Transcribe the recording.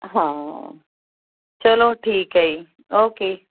ਹਾਂ ਚਲੋ ਠੀਕ ਹੈ ਜੀ ਓਕੇ